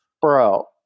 bro